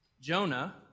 Jonah